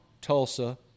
Tulsa